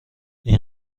این